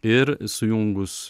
ir sujungus